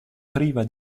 priva